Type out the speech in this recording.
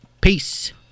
Peace